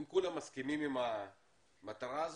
אם כולם מסכימים עם המטרה הזו,